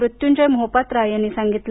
मृत्युंजय मोहोपात्रा यांनी सांगितलं